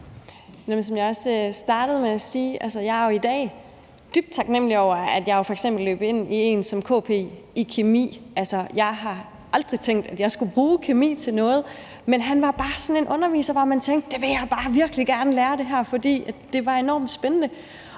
dag dybt taknemlig over, at jeg f.eks. løb ind i en som KP i kemi. Jeg har aldrig tænkt, at jeg skulle bruge kemi til noget, men han var bare sådan en underviser, der fik en til at tænke: Det her vil jeg bare virkelig gerne lære. For det var enormt spændende,